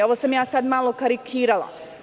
Ovo sam sada malo karikirala.